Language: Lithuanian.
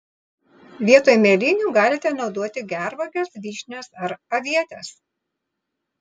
vietoj mėlynių galite naudoti gervuoges vyšnias ar avietes